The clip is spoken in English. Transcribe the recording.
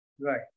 Right